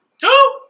two